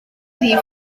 rhif